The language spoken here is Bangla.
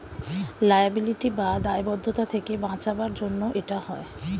লায়াবিলিটি বা দায়বদ্ধতা থেকে বাঁচাবার জন্য এটা হয়